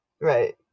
Right